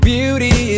Beauty